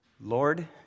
Lord